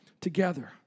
together